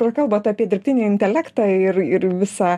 prakalbot apie dirbtinį intelektą ir ir visą